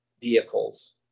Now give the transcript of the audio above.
vehicles